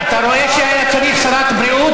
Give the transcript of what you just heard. אתה רואה שהיה צריך שרת בריאות?